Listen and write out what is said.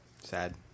Sad